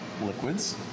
liquids